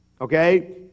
okay